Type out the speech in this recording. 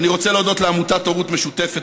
אני רוצה להודות לעמותת "הורות משותפת,